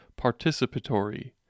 participatory